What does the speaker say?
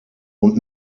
und